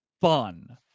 fun